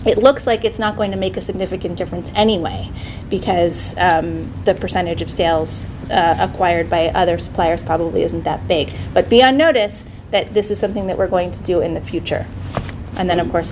it looks like it's not going to make a significant difference anyway because the percentage of sales acquired by other suppliers probably isn't that big but beyond notice that this is something that we're going to do in the future and then of course